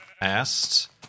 asked